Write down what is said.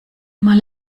mal